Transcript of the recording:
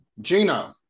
Gino